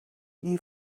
you